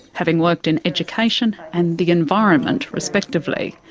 having worked in education and the environment respectively.